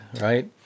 right